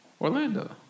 Orlando